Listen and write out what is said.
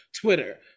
Twitter